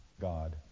God